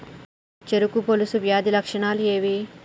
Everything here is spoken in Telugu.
చెరుకు పొలుసు వ్యాధి లక్షణాలు ఏవి?